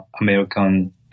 American